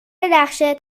نقشه